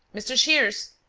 mr. shears!